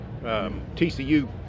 TCU